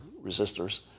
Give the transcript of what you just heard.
resistors